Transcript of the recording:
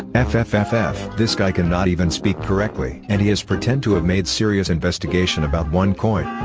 f. f, f, f. this guy cannot even speak correctly. and he has pretend to have made serious investigation about onecoin